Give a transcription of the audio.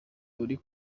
uri